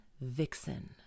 Vixen